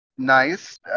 Nice